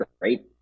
great